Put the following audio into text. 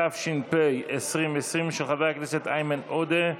התש"ף 2020, של חבר הכנסת איימן עודה.